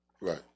right